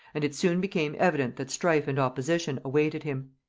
and it soon became evident that strife and opposition awaited him.